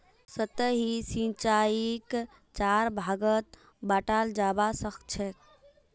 सतही सिंचाईक चार भागत बंटाल जाबा सखछेक